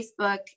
Facebook